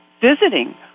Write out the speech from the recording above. visiting